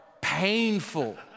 painful